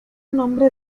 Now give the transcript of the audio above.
nombre